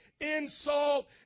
insult